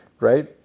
right